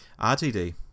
RTD